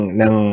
ng